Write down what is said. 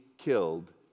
killed